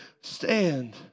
stand